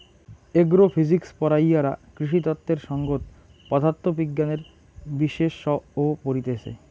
agro physics পড়াইয়ারা কৃষিতত্ত্বের সংগত পদার্থ বিজ্ঞানের বিশেষসত্ত পড়তিছে